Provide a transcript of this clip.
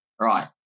right